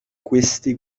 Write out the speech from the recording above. questi